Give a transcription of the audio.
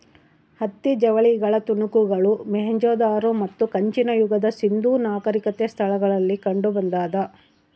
ಹತ್ತಿ ಜವಳಿಗಳ ತುಣುಕುಗಳು ಮೊಹೆಂಜೊದಾರೋ ಮತ್ತು ಕಂಚಿನ ಯುಗದ ಸಿಂಧೂ ನಾಗರಿಕತೆ ಸ್ಥಳಗಳಲ್ಲಿ ಕಂಡುಬಂದಾದ